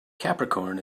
capricorn